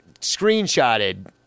screenshotted